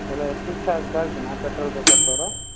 ଏବେ ଠିକ୍ଠାକ୍ ଚାଲିଛି ନା ପେଟ୍ରୋଲ୍ ବେପାର ତୋର